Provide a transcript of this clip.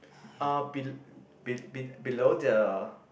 uh be be below the